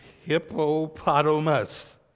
hippopotamus